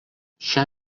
šią